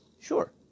sure